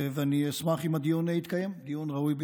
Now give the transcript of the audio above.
ואני אשמח אם הדיון יתקיים, דיון ראוי ביותר.